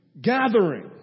gathering